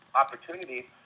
opportunities